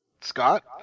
Scott